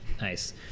Nice